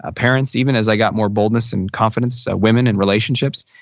ah parents even as i got more boldness and confidence, women in relationships.